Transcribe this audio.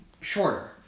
Shorter